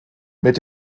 mit